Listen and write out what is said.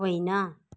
होइन